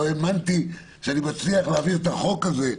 לא האמנתי שאני מצליח להעביר את החוק הזה.